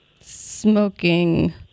Smoking